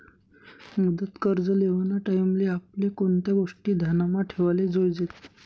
मुदत कर्ज लेवाना टाईमले आपले कोणत्या गोष्टी ध्यानमा ठेवाले जोयजेत